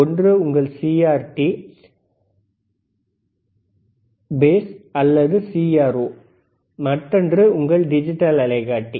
ஒன்று உங்கள் CRT base அல்லது சிஆர்ஓ மற்றொன்று உங்கள் டிஜிட்டல் அலைக்காட்டி